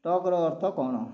ଷ୍ଟକ୍ର ଅର୍ଥ କ'ଣ